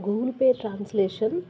Google Pay translation